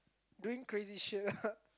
doing crazy shit ah